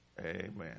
Amen